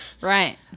Right